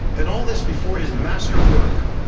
and all this before his masterwork,